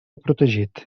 protegit